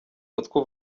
mutwe